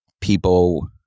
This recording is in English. people